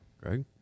Greg